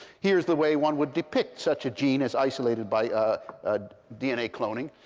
here's the way one would depict such a gene as isolated by ah ah dna cloning.